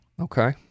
Okay